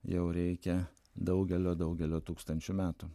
jau reikia daugelio daugelio tūkstančių metų